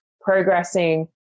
progressing